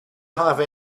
have